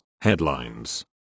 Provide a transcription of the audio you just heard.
Headlines